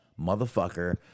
motherfucker